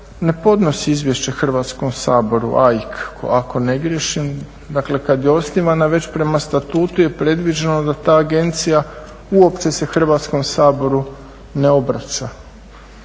ne podnosi izvješće Hrvatskom saboru, AIK ako ne griješim. Dakle kad je osnivana već prema statutu je predviđeno da ta agencija uopće se Hrvatskom saboru ne obraća.